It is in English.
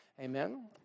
Amen